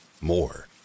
More